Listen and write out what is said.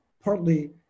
partly